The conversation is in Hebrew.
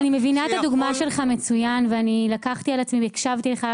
אני מבינה את הדוגמה שלך מצוין והקשבתי לך.